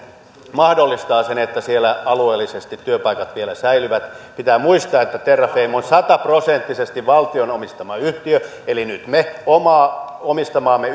mahdollistaa sen että siellä alueellisesti työpaikat vielä säilyvät pitää muistaa että terrafame on sataprosenttisesti valtion omistama yhtiö eli nyt me omistamaamme